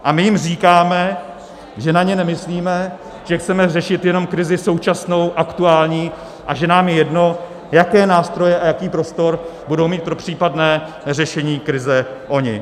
A my jim říkáme, že na ně nemyslíme, že chceme řešit jenom krizi současnou, aktuální a že nám je jedno, jaké nástroje a jaký prostor budou mít pro případné řešení krize oni.